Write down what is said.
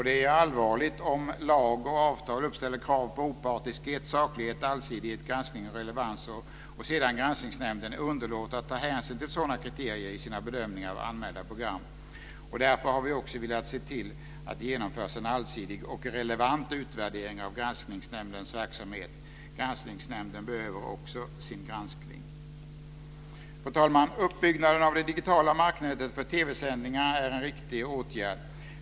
Det är allvarligt om lag och avtal uppställer krav på opartiskhet, saklighet, allsidighet, granskning och relevans och sedan Granskningsnämnden underlåter att ta hänsyn till sådana kriterier i sina bedömningar av anmälda program. Därför har vi velat se till att det genomförs en allsidig och relevant utvärdering av Granskningsnämndens verksamhet. Granskningsnämnden behöver också sin granskning. Fru talman! Uppbyggnaden av det digitala marknätet för TV-sändningar är en riktig åtgärd.